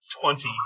twenty